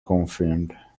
confirmed